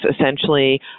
essentially